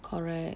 correct